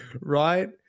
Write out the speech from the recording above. Right